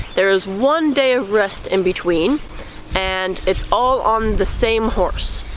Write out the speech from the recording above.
there is one day of rest in between and it's all on the same horse.